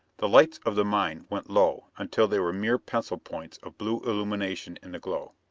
the lights of the mine went low until they were mere pencil points of blue illumination in the gloom.